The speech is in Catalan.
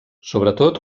sobretot